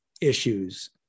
issues